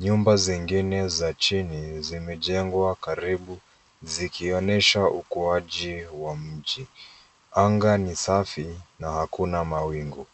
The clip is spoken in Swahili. Nyumba zengine za chini zimejengwa karibu zikionyesha ukuwaji wa mji. Anga ni safi na hakuna mawingu.